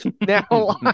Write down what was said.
Now